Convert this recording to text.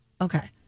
Okay